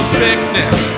sickness